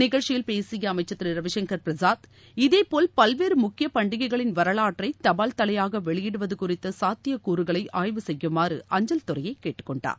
நிகழ்ச்சியில் பேசிய அமைச்சர் திரு ரவிசங்கர் பிரசாத் இதேபோல் பல்வேறு முக்கிய பண்டிகைகளின் வரலாற்றை தபால்தலைபாக வெளியிடுவது குறித்த சாத்தியக் கூறுகளை ஆய்வு செய்யுமாறு அஞ்சல் துறையைக் கேட்டுக்கொண்டார்